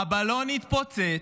הבלון התפוצץ,